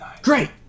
Great